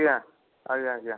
ଆଜ୍ଞା ଆଜ୍ଞା ଆଜ୍ଞା